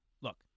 Look